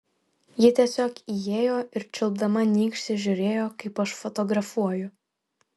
ji tiesiog įėjo ir čiulpdama nykštį žiūrėjo kaip aš fotografuoju